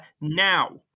now